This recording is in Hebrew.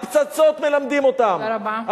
על פצצות מלמדים אותם, תודה רבה.